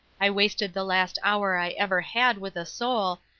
i wasted the last hour i ever had with a soul,